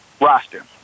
roster